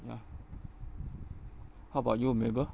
ya how about you mabel